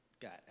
got